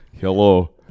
Hello